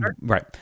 Right